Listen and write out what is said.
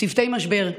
צוותי משבר.